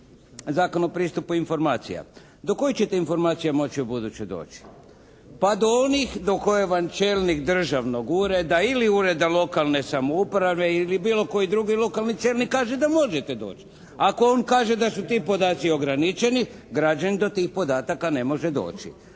Zakon o pristupu informacija. Do koje ćete informacije moći ubuduće doći? Pa do onih do koje vam čelnik državnog ureda ili ureda lokalne samouprave ili bilo koji drugi lokalni čelnik kaže da možete doći. Ako on kaže da su ti podaci ograničeni građanin do tih podataka ne može doći.